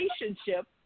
relationship